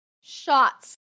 shots